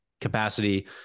capacity